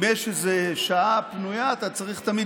אם יש איזו שעה פנויה אתה צריך תמיד